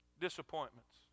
Disappointments